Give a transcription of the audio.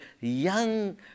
young